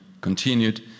continued